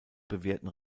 bewerten